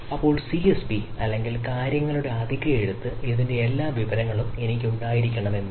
അപ്പോൾ സിഎസ്പി അല്ലെങ്കിൽ കാര്യങ്ങളുടെ അധിക എഴുത്ത് ഇതിന്റെ എല്ലാ വിവരങ്ങളും എനിക്ക് ഉണ്ടാകണമെന്നില്ല